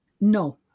No